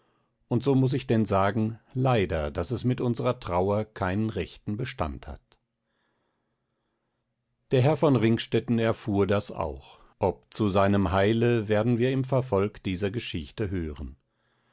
und so muß ich denn sagen leider daß es mit unsrer trauer keinen rechten bestand hat der herr von ringstetten erfuhr das auch ob zu seinem heile werden wir im verfolg dieser geschichte hören